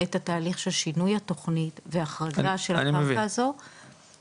את התהליך של שינוי התכנית והחרגה של הקרקע הזו --- אני מבין.